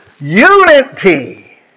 unity